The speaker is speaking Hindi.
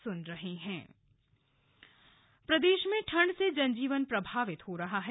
मौसम प्रदेश में ठंड से जनजीवन प्रभावित हो रहा है